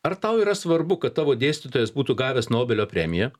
ar tau yra svarbu kad tavo dėstytojas būtų gavęs nobelio premiją